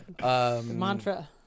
Mantra